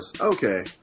Okay